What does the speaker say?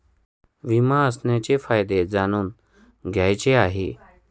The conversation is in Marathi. विमा असण्याचे फायदे जाणून घ्यायचे आहे